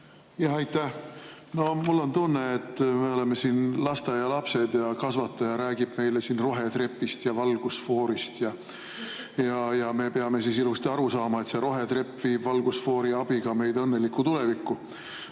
Aitäh! Mul on tunne, et me oleme siin lasteaialapsed ja kasvataja räägib meile rohetrepist ja valgusfoorist ning me peame siis ilusti aru saama, et see rohetrepp viib meid valgusfoori abiga õnnelikku tulevikku.